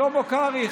שלמה קרעי,